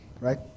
right